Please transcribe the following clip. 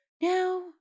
Now